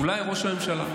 אולי ראש הממשלה.